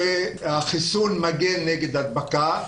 שהחיסון מגן נגד הדבקה,